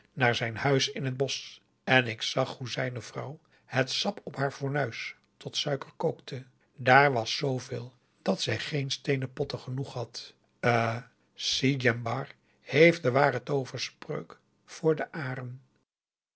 naar zijn huis in het bosch en ik zag hoe zijne vrouw het sap op haar fornuis tot suiker kookte daar was zooveel dat zij geen steenen potten genoeg had eh si djembar augusta de wit orpheus in de dessa heeft de ware tooverspreuk voor de arèn